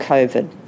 Covid